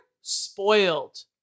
spoiled